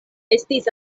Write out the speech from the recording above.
estis